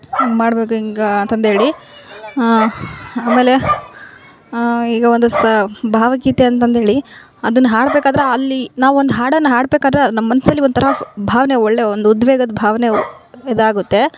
ಹಂಗೆ ಮಾಡಬೇಕು ಹಿಂಗೆ ಅಂತಂದೇಳಿ ಆಮೇಲೆ ಈಗ ಒಂದು ಸಹ ಭಾವಗೀತೆ ಅಂತಂದೇಳಿ ಅದನ್ನು ಹಾಡಬೇಕಾದ್ರೆ ಅಲ್ಲಿ ನಾವೊಂದು ಹಾಡನ್ನು ಹಾಡಬೇಕಾದ್ರೆ ನಮ್ಮ ಮನಸಲ್ಲಿ ಒಂಥರ ಭಾವನೆ ಒಳ್ಳೇ ಒಂದು ಉದ್ವೇಗದ ಭಾವನೆ ಇದಾಗುತ್ತೆ